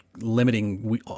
limiting